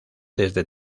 desde